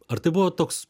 ar tai buvo toks